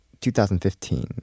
2015